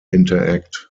interact